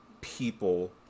people